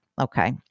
Okay